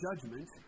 judgment